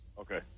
Okay